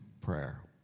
prayer